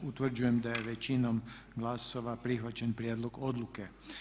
Utvrđujem da je većinom glasova prihvaćen prijedlog odluke.